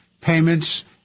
payments